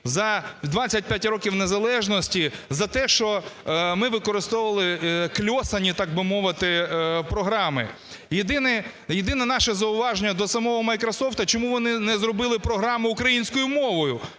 За 25 років незалежності за те, що ми використовували "кльосані", так би мовити, програми. Єдине наше зауваження до самого "Майкрософту": чому вони не зробили програму українською мовою,